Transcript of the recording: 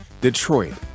Detroit